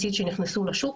לשלם.